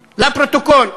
לפרוטוקול,